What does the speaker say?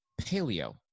paleo